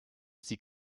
sie